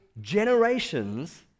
generations